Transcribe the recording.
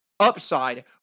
upside